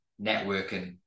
networking